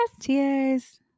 cheers